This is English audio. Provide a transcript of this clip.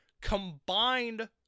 combined